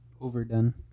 Overdone